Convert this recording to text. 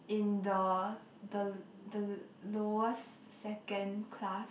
in the the the lowest second class